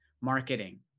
marketing